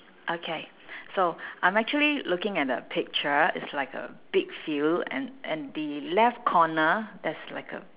okay so I'm actually looking at a picture it's like a big field and and the left corner there's like a